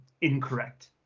incorrect